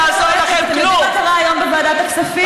אתם יודעים מה קרה היום בוועדת הכספים?